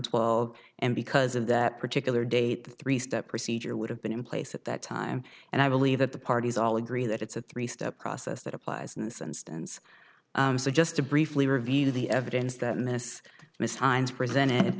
twelve and because of that particular date three step procedure would have been in place at that time and i believe that the parties all agree that it's a three step process that applies in this instance so just to briefly review the evidence that miss miss hines presented